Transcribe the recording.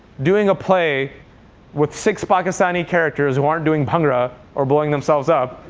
doing a play with six pakistani characters who aren't doing bhangra or blowing themselves up.